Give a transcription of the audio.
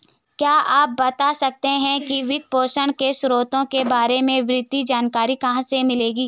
क्या आप बता सकते है कि वित्तपोषण के स्रोतों के बारे में विस्तृत जानकारी कहाँ से मिलेगी?